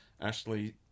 Ashley